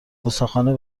گستاخانه